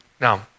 Now